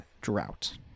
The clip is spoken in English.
Drought